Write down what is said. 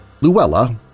Luella